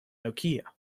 nokia